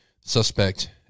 suspect